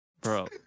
Bro